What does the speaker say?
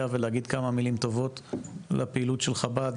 ולהגיד כמה מילים טובות על הפעילות של חב"ד,